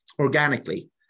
organically